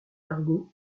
cargo